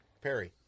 Perry